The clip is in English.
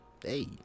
Hey